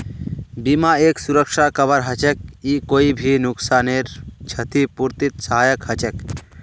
बीमा एक सुरक्षा कवर हछेक ई कोई भी नुकसानेर छतिपूर्तित सहायक हछेक